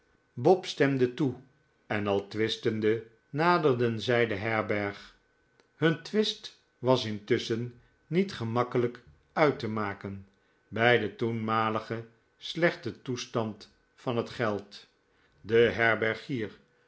bob stemde toe en al twistende naderden zij de herberg hun twist was intusschen niet gemakkelijk uit te maken bij den toenmaligen slechten toestand van het geld de herbergier